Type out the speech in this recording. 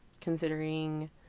Considering